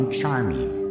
charming